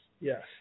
Yes